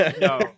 No